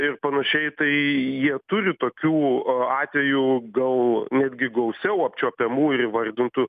ir panašiai tai jie turi tokių atvejų gal netgi gausiau apčiuopiamų ir įvardintų